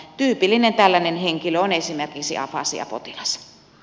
tyypillinen tällainen henkilö on esimerkiksi afasiapotilas